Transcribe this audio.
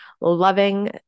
loving